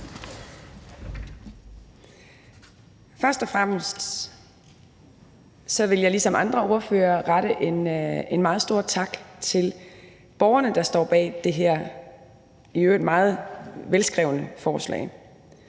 Først og fremmest vil jeg ligesom andre ordførere rette en meget stor tak til borgerne, der står bag det her i øvrigt meget velskrevne forslag.